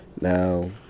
Now